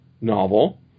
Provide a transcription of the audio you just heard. novel